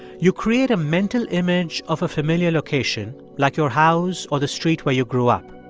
you create a mental image of a familiar location, like your house or the street where you grew up.